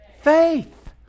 faith